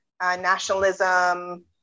nationalism